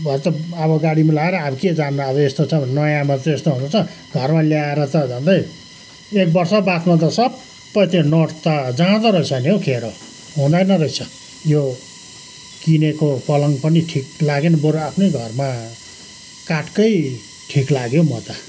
भरे त अब गाडीमा लगाएर अब के जान्नु अब यस्तो छ भनेर नयाँमा यस्तो हुँदो रहेछ घरमा ल्याएर त झन्डै एक वर्ष बादमा त सबै त्यो नट त जाँदो रहेछ नि हौ खेरो हुँदैन रहेछ यो किनेको पलङ पनि ठिक लागेन बरु आफ्नै घरमा काठकै ठिक लाग्यो हौ म त